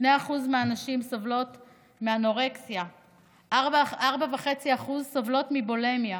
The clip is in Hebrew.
2% מהנשים סובלות מאנורקסיה ו-4.5% סובלות מבולימיה.